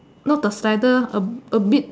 not the feather a a bit